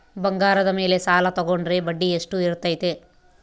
ಬಂಗಾರದ ಮೇಲೆ ಸಾಲ ತೋಗೊಂಡ್ರೆ ಬಡ್ಡಿ ಎಷ್ಟು ಇರ್ತೈತೆ?